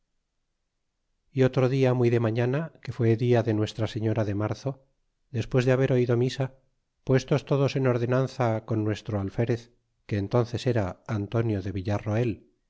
y otro dia muy de mañana que fué dia de nuestra señora de marzo despues de haber oido misa puestos todos en ordenanza con nuestro alferez que entónces era antonio de villarroel